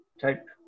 type